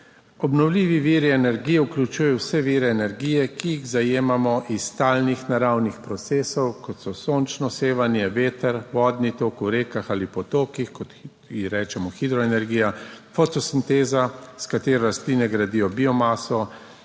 Obnovljivi viri energije vključujejo vse vire energije, ki jih zajemamo iz stalnih naravnih procesov, kot so sončno sevanje, veter, vodni tok v rekah ali potokih, čemur rečemo hidroenergija, fotosinteza, s katero rastline gradijo biomaso,